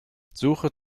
suche